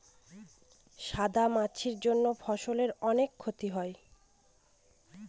সাদা মাছির জন্য ফসলের কি ক্ষতি হয়?